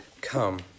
come